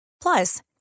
Plus